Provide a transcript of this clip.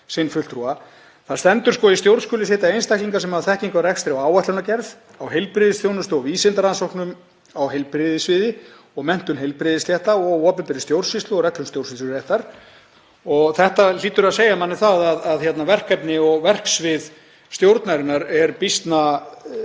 stendur: „Í stjórn skulu sitja einstaklingar sem hafa þekkingu á rekstri og áætlanagerð, á heilbrigðisþjónustu og vísindarannsóknum á heilbrigðissviði og menntun heilbrigðisstétta og á opinberri stjórnsýslu og reglum stjórnsýsluréttar.“ Þetta hlýtur að segja manni að verkefni og verksvið stjórnarinnar er býsna